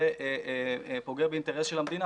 זה פוגע באינטרס של המדינה.